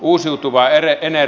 uusiutuvaa energiaa